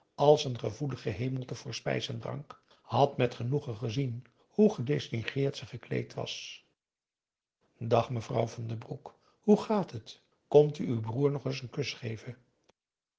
als een gevoelig gehemelte voor spijs en drank had met genoegen gezien hoe gedistingueerd ze gekleed was dag mevrouw van den broek hoe gaat het komt u uw broer nog eens n kus geven